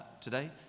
today